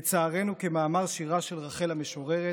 לצערנו, כמאמר שירה של רחל המשוררת,